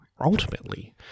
ultimately